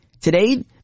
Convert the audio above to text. Today